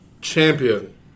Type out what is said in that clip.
champion